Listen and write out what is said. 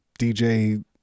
DJ